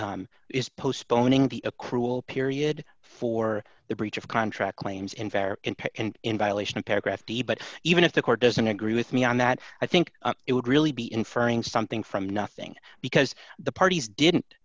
is postponing the a cruel period for the breach of contract claims in fair and in violation of paragraph d but even if the court doesn't agree with me on that i think it would really be inferring something from nothing because the parties didn't